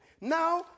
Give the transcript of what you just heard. Now